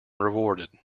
rewarded